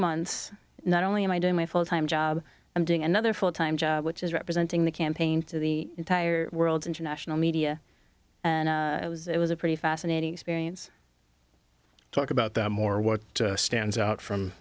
months not only am i doing my full time job i'm doing another full time job which is representing the campaign to the entire world's international media and it was a pretty fascinating experience talk about them or what stands out from